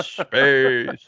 space